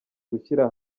gushyira